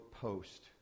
post